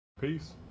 Peace